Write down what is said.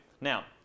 now